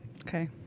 Okay